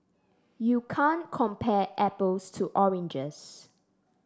you can't compare apples to oranges